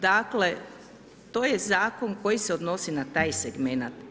Dakle to je zakon koji se odnosi na taj segment.